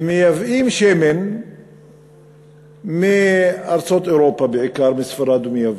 ומייבאים שמן מארצות אירופה, בעיקר מספרד ומיוון,